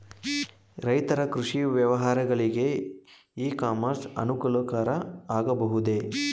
ರೈತರ ಕೃಷಿ ವ್ಯವಹಾರಗಳಿಗೆ ಇ ಕಾಮರ್ಸ್ ಅನುಕೂಲಕರ ಆಗಬಹುದೇ?